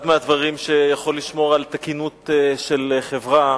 אחד הדברים שיכולים לשמור על תקינות של חברה